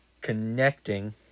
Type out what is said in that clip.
connecting